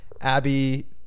abby